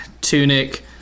tunic